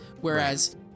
whereas